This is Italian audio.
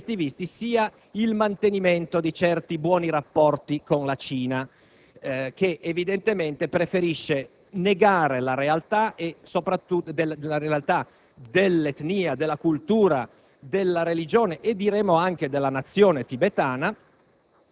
che il vero motivo che osta alla concessione dei visti sia il mantenimento di buoni rapporti con la Cina, che evidentemente preferisce negare la realtà dell'etnia, della cultura,